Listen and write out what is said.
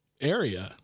area